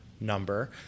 number